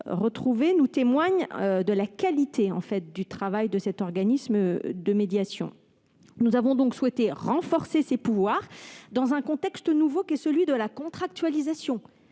témoignent de la qualité du travail de cet organisme de médiation. Nous avons donc souhaité renforcer ses pouvoirs, dans un contexte nouveau qui est celui de la contractualisation,